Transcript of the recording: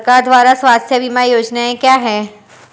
सरकार द्वारा स्वास्थ्य बीमा योजनाएं क्या हैं?